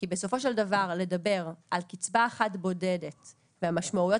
כי בסופו של דבר לדבר על קצבה אחת בודדת והמשמעויות